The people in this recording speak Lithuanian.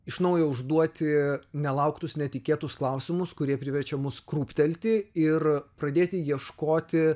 iš naujo užduoti nelauktus netikėtus klausimus kurie priverčia mus krūptelti ir pradėti ieškoti